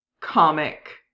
comic